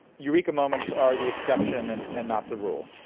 eureka moments are the exception and and not the rule.